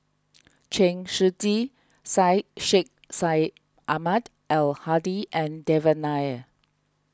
Chen Shiji Syed Sheikh Syed Ahmad Al Hadi and Devan Nair